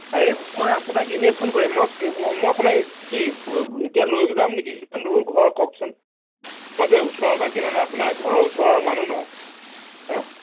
আৰে মই আপোনাক এনে ফোন কৰিম মই কি মই আপোনাক কি এতিয়া লৈ যাম নেকি ইমান দূৰ ঘৰ কওকচোন মইতো ওচৰৰ পৰা কিনা নাই আপোনাৰ ঘৰৰ ওচৰৰ মানুহ নহয় হাঁ